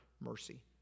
mercy